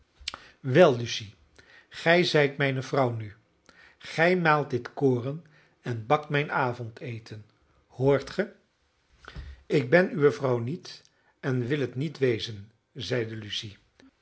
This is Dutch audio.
wel lucy gij mijne vrouw nu gij maalt dit koren en bakt mijn avondeten hoort ge ik ben uwe vrouw niet en wil het niet wezen zeide lucy